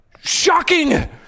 Shocking